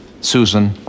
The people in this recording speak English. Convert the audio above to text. Susan